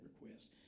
request